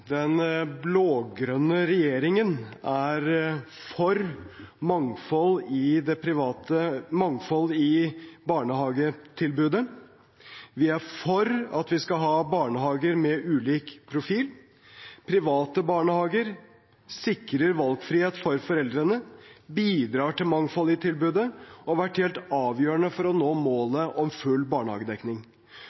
Den blå-grønne regjeringen er for mangfold i det private, mangfold i barnehagetilbudet. Vi er for at vi skal ha barnehager med ulik profil. Private barnehager sikrer valgfrihet for foreldrene, bidrar til mangfold i tilbudet og har vært helt avgjørende for å nå målet om full barnehagedekning.